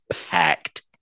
packed